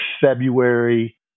February